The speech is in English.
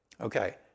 Okay